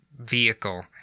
vehicle